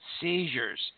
seizures